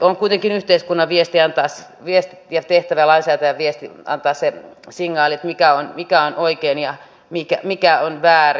on kuitenkin yhteiskunnan viesti ja tehtävä lainsäätäjän viesti antaa se signaali mikä on oikein ja mikä on väärin